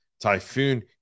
Typhoon